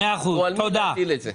או על מי יש להפיל את זה.